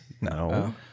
No